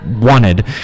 wanted